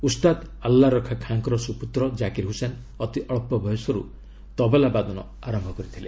ଉସ୍ତାଦ ଆଲ୍ଲା ରଖା ଖାଁଙ୍କର ସୁପୁତ୍ର ଜାକିର ହୁସେନ ଅତି ଅଳ୍ପ ବୟସରୁ ତବଲା ବାଦନ ଆରମ୍ଭ କରିଥିଲେ